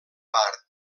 part